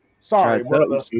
Sorry